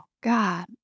God